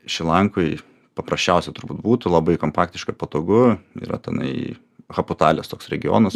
šri lankoj paprasčiausia turbūt būtų labai kompaktiška ir patogu yra tenai haputalės toks regionas